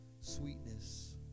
sweetness